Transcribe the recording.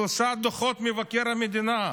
שלושה דוחות של מבקר המדינה,